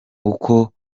uko